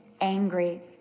angry